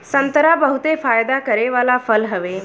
संतरा बहुते फायदा करे वाला फल हवे